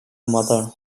mother